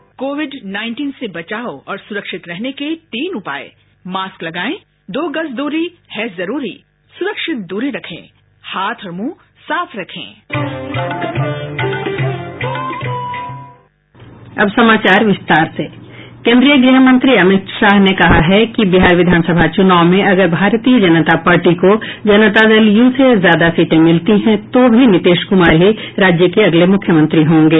bite promo Bhajpa के वरिष्ठ नेता और केंद्रीय गृहमंत्री अमित शाह ने कहा है कि बिहार विधानसभा चुनाव में अगर भारतीय जनता पार्टी को जनता दल यू से ज्यादा सीटें मिलती हैं तो भी नीतीश कुमार ही राज्य के अगले मुख्यमंत्री होंगे